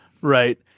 Right